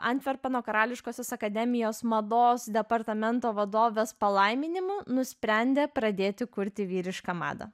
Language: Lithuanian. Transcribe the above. antverpeno karališkosios akademijos mados departamento vadovės palaiminimu nusprendė pradėti kurti vyrišką madą